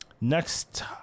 Next